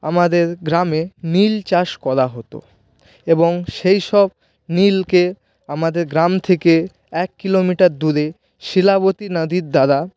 আমাদের গ্রামে নীল চাষ করা হতো এবং সেইসব নীলকে আমাদের গ্রাম থেকে এক কিলোমিটার দূরে শিলাবতী নদীর দ্বারা